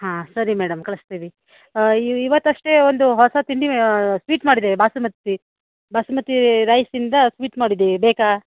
ಹಾಂ ಸರಿ ಮೇಡಮ್ ಕಳಿಸ್ತೀವಿ ಇವತ್ತಷ್ಟೇ ಒಂದು ಹೊಸ ತಿಂಡಿ ಸ್ವೀಟ್ ಮಾಡಿದ್ದೇವೆ ಬಾಸ್ಮತಿ ಬಾಸ್ಮತಿ ರೈಸಿಂದ ಸ್ವೀಟ್ ಮಾಡಿದ್ದೀವಿ ಬೇಕಾ